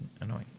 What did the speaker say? annoying